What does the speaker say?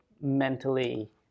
mentally